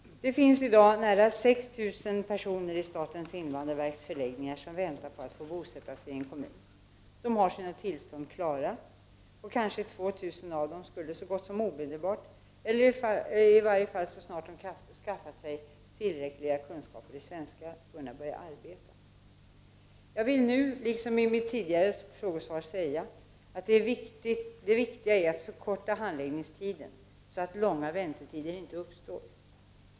Det finns i dag nära 6 000 personer i statens invandrarverks förläggningar som väntar på att få bosätta sig i en kommun. De har sina tillstånd klara och kanske 2 000 av dem skulle så gott som omedelbart, eller i varje fall så snart de skaffat sig tillräckliga kunskaper i svenska, kunna börja arbeta. Jag vill nu liksom i mitt tidigare frågesvar säga att det viktiga är att förkorta handläggningstiderna så att långa väntetider inte uppstår.